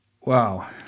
Wow